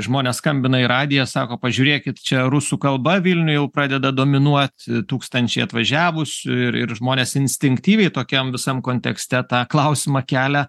žmonės skambina į radiją sako pažiūrėkit čia rusų kalba vilniuj pradeda dominuoti tūkstančiai atvažiavusių ir ir žmonės instinktyviai tokiam visam kontekste tą klausimą kelia